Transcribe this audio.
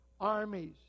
armies